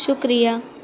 شکریہ